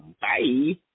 Bye